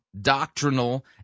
doctrinal